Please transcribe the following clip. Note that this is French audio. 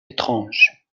étrange